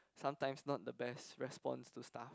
sometimes not the best response to stuff